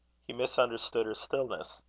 he misunderstood her stillness.